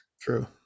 True